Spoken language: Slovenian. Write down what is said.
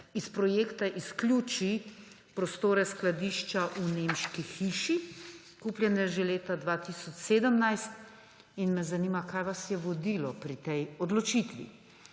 iz projekta izključi prostore skladišča v Nemški hiši, kupljene že leta 2017. In me zanima: Kaj vas je vodilo pri tej odločitvi?